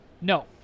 No